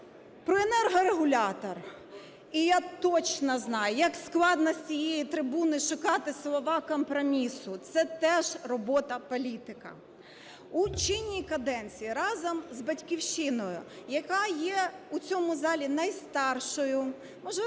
про енергорегулятор, і я точно знаю як складно з цієї трибуни шукати слова компромісу – це теж робота політика. У чинній каденції разом з "Батьківщиною", яка є у цьому залі найстаршою, можливо,